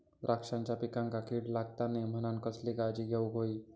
द्राक्षांच्या पिकांक कीड लागता नये म्हणान कसली काळजी घेऊक होई?